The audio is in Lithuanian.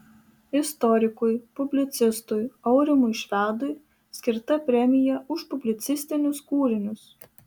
istorikui publicistui aurimui švedui skirta premija už publicistinius kūrinius